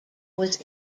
was